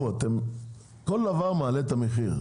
כל דבר מעלה את המחיר.